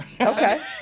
Okay